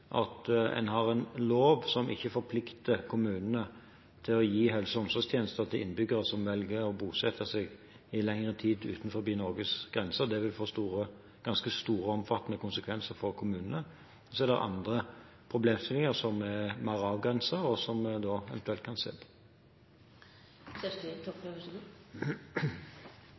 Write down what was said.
at en har en lov som ikke forplikter kommunene til å gi helse- og omsorgstjenester til innbyggere som i lengre tid velger å bosette seg utenfor Norges grenser. Det vil få ganske store og omfattende konsekvenser for kommunene. Så er det andre problemstillinger som er mer avgrenset, og som vi eventuelt kan se på.